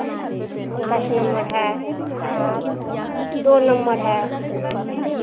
दस नंबर है आ दो नंबर है